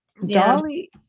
Dolly